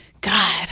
God